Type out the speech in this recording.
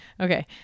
Okay